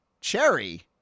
cherry